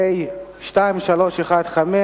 פ/2315,